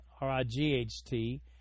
R-I-G-H-T